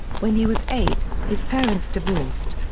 when he was eight, his parents divorced.